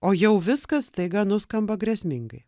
o jau viskas staiga nuskamba grėsmingai